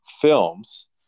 films